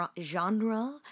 genre